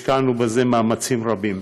השקענו בזה מאמצים רבים.